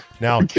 Now